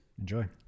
enjoy